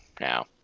now